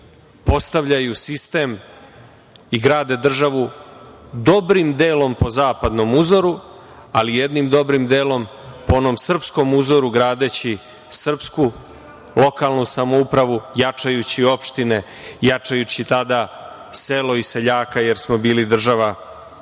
postavljaju sistem i grade državu dobrim delom po zapadnom uzoru, ali jednim dobrim delom po onom srpskom uzoru, gradeći srpsku lokalnu samoupravu, jačajući opštine, jačajući tada selo i seljaka, jer smo bili država koja